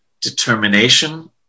determination